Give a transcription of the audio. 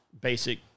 basic